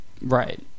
Right